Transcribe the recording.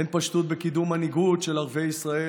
אין פשטות בקידום מנהיגות של ערביי ישראל,